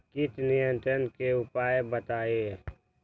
किट नियंत्रण के उपाय बतइयो?